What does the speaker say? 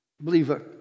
believer